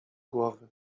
głowy